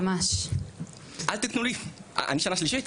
אני שנה שלישית,